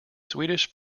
swedish